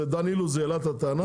זה דן אילוז העלה את הטענה.